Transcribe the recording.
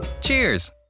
Cheers